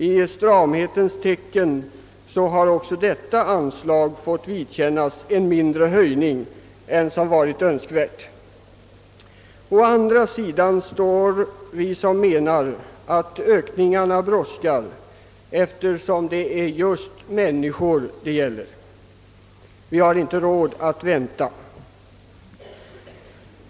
I stramhetens tecken har också detta anslag fått en mindre höjning än önskvärt. På andra sidan står vi, som menar att ökningar brådskar, eftersom det är just människor det gäller. Vi har inte råd att vänta.